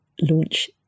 launch